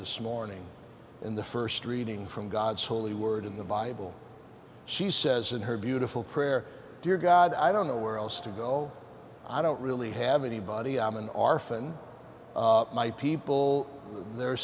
this morning in the first reading from god's holy word in the bible she says in her beautiful prayer dear god i don't know where else to go i don't really have anybody i'm an orphan my people the